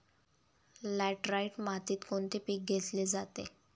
Laterite मातीत कोणते पीक घेतले जाते?